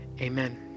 Amen